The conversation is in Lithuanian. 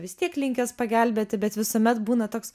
vis tiek linkęs pagelbėti bet visuomet būna toks